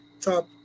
top